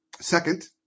Second